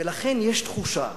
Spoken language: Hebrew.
ולכן יש תחושה,